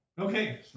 Okay